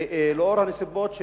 ולנוכח הנסיבות,